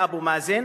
לאבו מאזן,